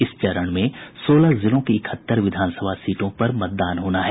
इस चरण में सोलह जिलों के इकहत्तर विधानसभा सीटों पर मतदान होना है